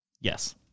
Yes